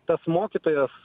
tas mokytojas